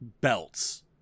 belts